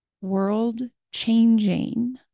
world-changing